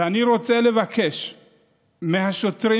ואני רוצה לבקש מהשוטרים,